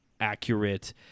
accurate